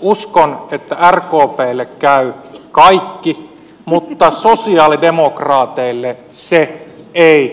uskon että rkplle käy kaikki mutta sosialidemokraateille se ei käy